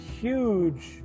huge